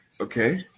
okay